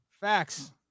Facts